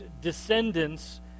descendants